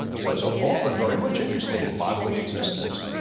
so so paul is very much interested and bodily existence.